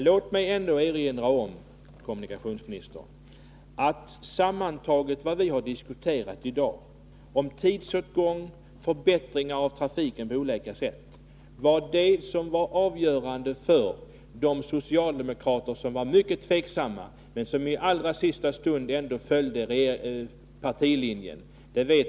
Låt mig ändå erinra kommunikationsministern om att vad vi har diskuterat i dag, om tidsåtgång och förbättringar av trafiken på olika sätt, sammantaget var det som var avgörande för de socialdemokrater som var mycket tveksamma men som i allra sista stund ändå följde partilinjen.